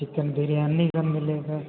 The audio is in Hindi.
चिकन बिरयानी का मिलेगा